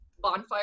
bonfire